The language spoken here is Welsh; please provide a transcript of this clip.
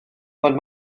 ond